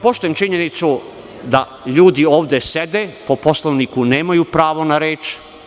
Poštujem činjenicu da ljudi ovde sede, po Poslovniku nemaju pravo na reč.